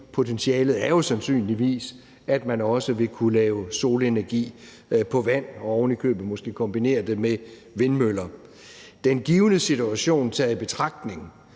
potentialet jo sandsynligvis er, at man også vil kunne lave solenergi på vand og ovenikøbet måske kombinere det med vindmøller. Den givne situation taget i betragtning,